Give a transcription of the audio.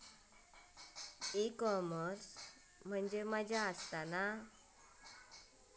E commerce म्हणजे मझ्या आसा?